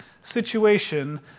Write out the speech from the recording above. situation